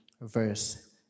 verse